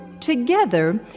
Together